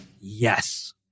yes